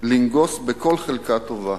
לנגוס בכל חלקה טובה.